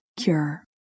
cure